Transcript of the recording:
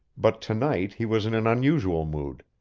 but to-night he was in an unusual mood,